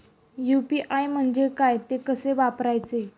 UPI म्हणजे काय, ते कसे वापरायचे?